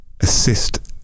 assist